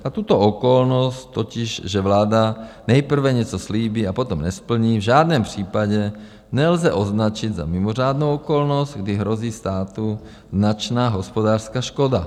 A tuto okolnost, totiž že vláda nejprve něco slíbí a potom nesplní, v žádném případě nelze označit za mimořádnou okolnost, kdy hrozí státu značná hospodářská škoda.